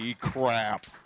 crap